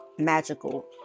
magical